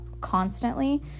constantly